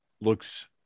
looks